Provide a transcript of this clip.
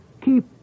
keep